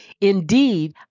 Indeed